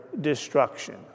destruction